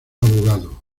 abogado